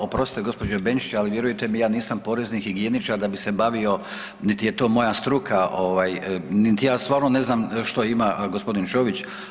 Oprostite gospođo Benčić, ali vjerujte mi ja nisam porezni higijeničar da bi se bavio, niti je to moja struka, niti ja stvarno ne znam što ima gospodin Ćović.